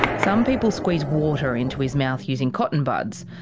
some people squeeze water into his mouth using cotton buds.